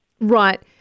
Right